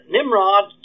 Nimrod